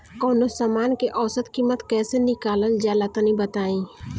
कवनो समान के औसत कीमत कैसे निकालल जा ला तनी बताई?